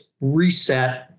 reset